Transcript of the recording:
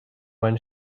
when